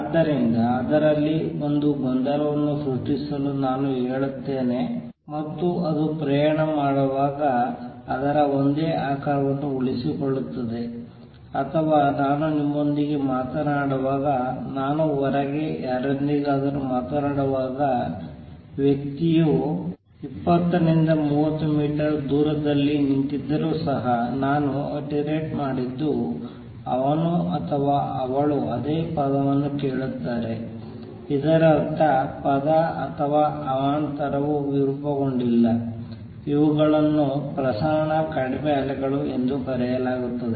ಆದ್ದರಿಂದ ಅದರಲ್ಲಿ ಒಂದು ಗೊಂದಲವನ್ನು ಸೃಷ್ಟಿಸಲು ನಾನು ಹೇಳುತ್ತೇನೆ ಮತ್ತು ಅದು ಪ್ರಯಾಣ ಮಾಡುವಾಗ ಅದರ ಒಂದೇ ಆಕಾರವನ್ನು ಉಳಿಸಿಕೊಳ್ಳುತ್ತದೆ ಅಥವಾ ನಾನು ನಿಮ್ಮೊಂದಿಗೆ ಮಾತನಾಡುವಾಗ ನಾನು ಹೊರಗೆ ಯಾರೊಂದಿಗಾದರೂ ಮಾತನಾಡುವಾಗ ವ್ಯಕ್ತಿಯು 20 30 ಮೀಟರ್ ದೂರದಲ್ಲಿ ನಿಂತಿದ್ದರೂ ಸಹ ನಾನು ಅಟ್ಟೇರ್ಡ್ ಮಾಡಿದ್ದು ಅವನು ಅಥವಾ ಅವಳು ಅದೇ ಪದವನ್ನು ಕೇಳುತ್ತಾರೆ ಇದರರ್ಥ ಪದ ಅಥವಾ ಅವಾಂತರವು ವಿರೂಪಗೊಂಡಿಲ್ಲ ಇವುಗಳನ್ನು ಪ್ರಸರಣ ಕಡಿಮೆ ಅಲೆಗಳು ಎಂದು ಕರೆಯಲಾಗುತ್ತದೆ